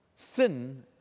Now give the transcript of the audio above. Sin